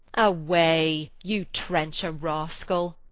away, you trencher-rascal!